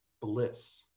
bliss